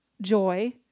joy